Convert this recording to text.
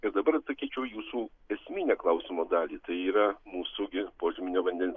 ir dabar atsakyčiau į jūsų esminę klausimo dalį tai yra mūsų gi požeminio vandens